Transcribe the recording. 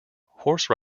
horse